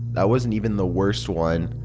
that wasn't even the worst one.